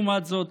לעומת זאת,